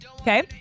Okay